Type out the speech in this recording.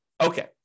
Okay